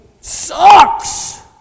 sucks